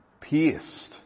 pierced